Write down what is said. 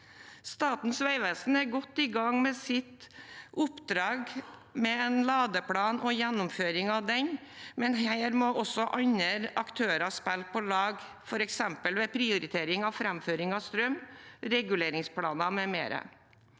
Statens vegvesen er godt i gang med sitt oppdrag med en ladeplan og gjennomføring av den, men her må også andre aktører spille på lag, f.eks. ved prioritering av framføring av strøm, reguleringsplaner m.m.